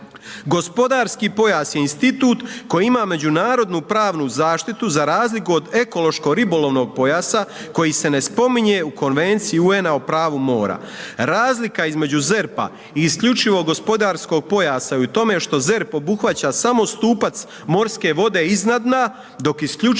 Gospodarski pojas je institut koji ima međunarodnu pravnu zaštitu za razliku od ekološko ribolovnog pojasa koji se ne spominje u Konvenciji UN-a o pravu mora. Razlika između ZERP-a i isključivog gospodarskog pojasa je u tome što ZEPR obuhvaća samo stupac morske vode iznad dna, dok isključivi